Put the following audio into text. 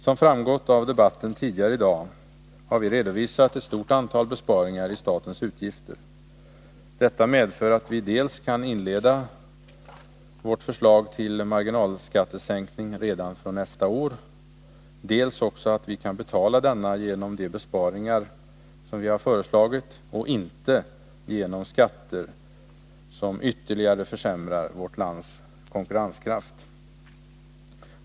Som framgått av debatten tidigare i dag har vi redovisat ett stort antal besparingar i statens utgifter. Detta medför att vi dels kan inleda vår föreslagna marginalskattesänkning redan från nästa år, dels kan betala den genom de besparingar som vi har föreslagit och inte genom skatter som ytterligare försämrar vårt lands konkurrenskraft.